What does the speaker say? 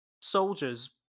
soldiers